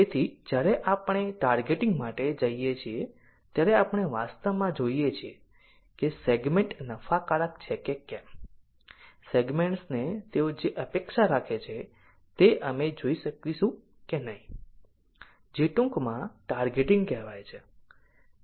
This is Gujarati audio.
તેથી જ્યારે આપણે ટાર્ગેટિંગ માટે જઈએ છીએ ત્યારે આપણે વાસ્તવમાં જોઈએ છીએ કે સેગમેન્ટ નફાકારક છે કે કેમ સેગમેન્ટ્સને તેઓ જે અપેક્ષા રાખે છે તે અમે આપી શકીશું કે નહીં જે ટૂંકમાં 2310 ટાર્ગેટિંગ કહેવાય છે